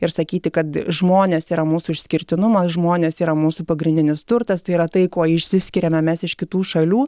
ir sakyti kad žmonės yra mūsų išskirtinumas žmonės yra mūsų pagrindinis turtas tai yra tai kuo išsiskiriame mes iš kitų šalių